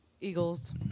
Eagles